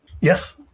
yes